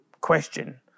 question